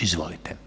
Izvolite.